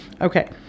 Okay